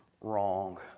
Wrong